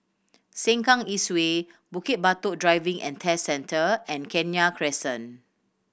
Sengkang East Way Bukit Batok Driving and Test Centre and Kenya Crescent